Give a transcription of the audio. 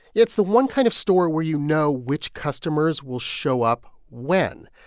it's the one kind of store where you know which customers will show up when.